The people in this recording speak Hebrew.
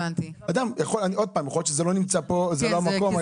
יכול להיות שזה לא נמצא פה, זה לא המקום.